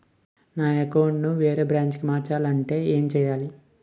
నా అకౌంట్ ను వేరే బ్రాంచ్ కి మార్చాలి అంటే ఎం చేయాలి?